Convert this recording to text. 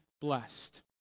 blessed